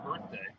birthday